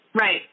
Right